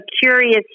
curious